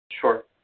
Sure